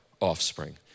offspring